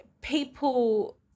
people